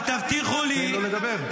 למה אתם מפחדים --- תן לו לדבר.